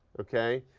okay?